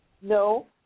no